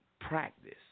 practice